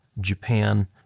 Japan